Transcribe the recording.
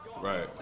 Right